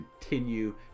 continue